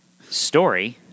Story